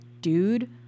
dude